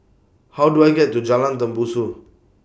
How Do I get to Jalan Tembusu